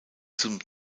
zum